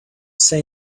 say